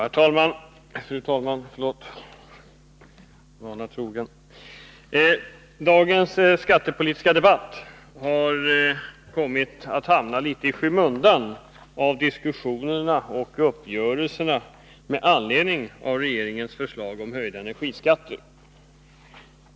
Fru talman! Dagens skattepolitiska debatt har kommit att hamna litet i skymundan av diskussionerna och uppgörelserna med anledning av regeringens förslag om höjda energiskatter.